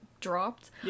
dropped